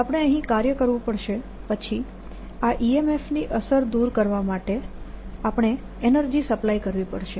અમારે અહીં કાર્ય કરવું પડશે પછી આ EMF ની અસર દૂર કરવા માટે આપણે એનર્જી સપ્લાય કરવી પડશે